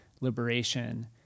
liberation